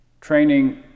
training